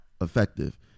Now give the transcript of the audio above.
effective